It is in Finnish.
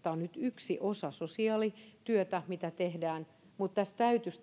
että tämä on nyt yksi osa sosiaalityötä mitä tehdään mutta tässä täytyisi